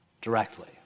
directly